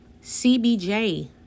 CBJ